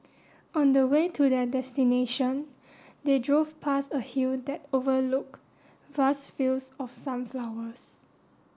on the way to their destination they drove past a hill that overlook vast fields of sunflowers